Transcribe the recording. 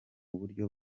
buryo